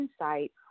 insight